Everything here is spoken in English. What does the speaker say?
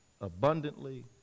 abundantly